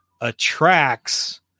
attracts